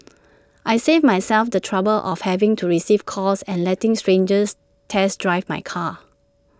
I saved myself the trouble of having to receive calls and letting strangers test drive my car